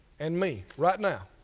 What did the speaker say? and me right now.